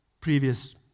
previous